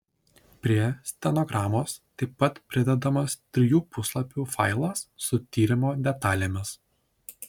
prie stenogramos taip pat pridedamas trijų puslapių failas su tyrimo detalėmis